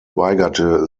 weigerte